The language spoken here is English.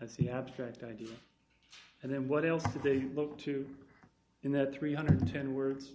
of the abstract ideas and then what else did they look to in that three hundred and ten words